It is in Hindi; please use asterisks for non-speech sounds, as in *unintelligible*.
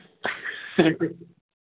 *unintelligible*